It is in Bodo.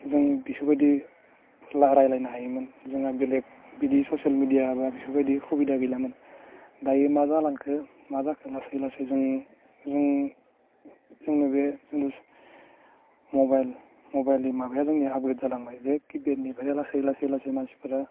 जों बेफोरबायदि खुला रायलायनो हायोमोन जोंहा बेलेग बिदि ससियेल मेडिया बा बिफोरबायदि सुबिदा गैलामोन दायो मा जालांखो मा जाखो लासै लासै जों जों जोंनो बे जोंनि मबाइल मबाइलनि माबाया जोंनिया आपग्रेड जालांबाय जे किपेडनिफ्रायनो लासै लासै लासै मानसिफ्रा